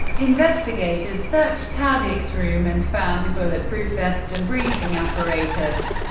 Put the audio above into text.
investigators searched paddock's room and found a bulletproof vest and breathing apparatus,